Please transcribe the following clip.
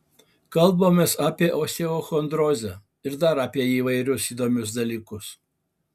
kalbamės apie osteochondrozę ir dar įvairius įdomius dalykus